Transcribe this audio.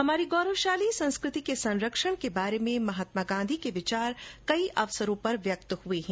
हमारी गौरवशाली संस्कृति के संरक्षण के बारे में महात्मा गांधी के विचार कई अवसरों पर व्यक्त हुए हैं